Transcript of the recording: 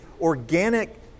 organic